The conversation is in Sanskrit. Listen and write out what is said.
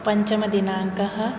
पञ्चमदिनाङ्कः